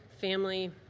family